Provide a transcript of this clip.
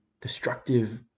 destructive